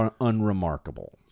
unremarkable